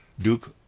Duke